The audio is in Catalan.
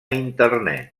internet